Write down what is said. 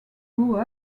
grew